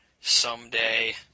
someday